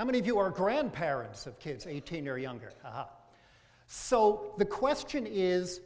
how many of your grandparents have kids eighteen or younger so the question is